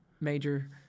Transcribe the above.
major